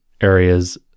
areas